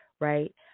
right